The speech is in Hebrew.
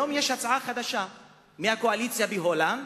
היום יש הצעה חדשה מהקואליציה בהולנד,